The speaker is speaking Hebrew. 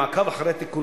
להיפך,